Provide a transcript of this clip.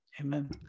Amen